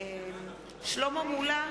שלמה מולה,